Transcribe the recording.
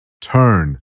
Turn